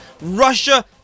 Russia